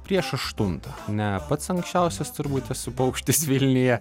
prieš aštuntą ne pats anksčiausias turbūt esu paukštis vilniuje